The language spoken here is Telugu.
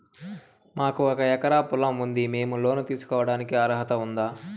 మాకు ఒక ఎకరా పొలం ఉంది మేము లోను తీసుకోడానికి అర్హత ఉందా